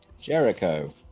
Jericho